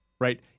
right